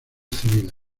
civiles